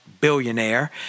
billionaire